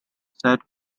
set